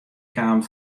kaam